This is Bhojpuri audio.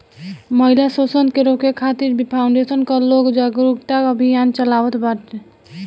महिला शोषण के रोके खातिर भी फाउंडेशन कअ लोग जागरूकता अभियान चलावत बाने